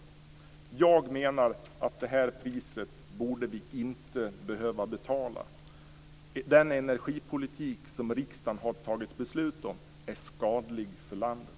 Jag menar att vi inte borde behöva betala det priset. Den energipolitik som riksdagen har tagit beslut om är skadlig för landet.